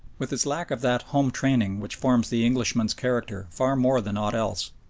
with his lack of that home-training which forms the englishman's character far more than aught else,